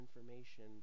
information